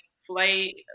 flight